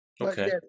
Okay